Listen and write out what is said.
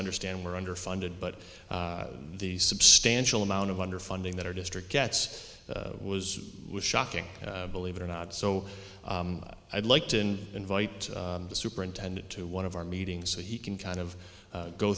understand we're under funded but the substantial amount of underfunding that our district gets was was shocking believe it or not so i'd like to invite the superintendent to one of our meetings so he can kind of